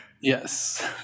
Yes